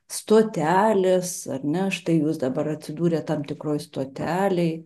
stotelės ar ne štai jūs dabar atsidūrėt tam tikroj stotelėj